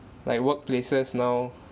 like work places now